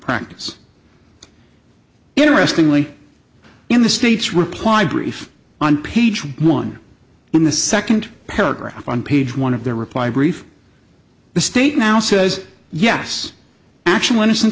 practice interestingly in the state's reply brief on page one in the second paragraph on page one of their reply brief the state now says yes actual innocen